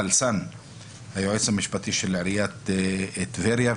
היועץ המשפטי של עיריית טבריה,